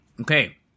Okay